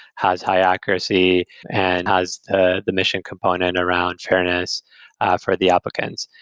has high accuracy and has the the mission component around fairness for the applicants.